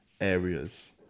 areas